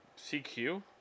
CQ